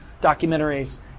documentaries